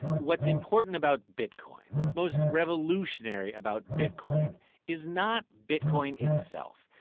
what's important about bitcoin what's most revolutionary about bitcoin is not bitcoin itself.